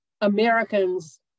Americans